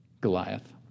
Goliath